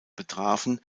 betrafen